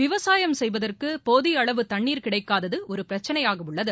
விவசாயம் செய்வதற்கு போதிய அளவு தண்ணீர கிடைக்காதது ஒரு பிரச்சனையாக உள்ளது